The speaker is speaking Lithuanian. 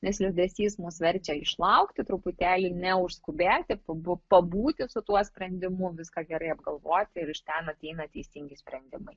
nes liūdesys mus verčia išlaukti truputėlį ir neužskubėti pab pabūti su tuo sprendimu viską gerai apgalvoti ir iš ten ateina teisingi sprendimai